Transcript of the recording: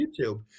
YouTube